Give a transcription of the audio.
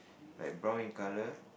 like brown in colour